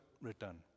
return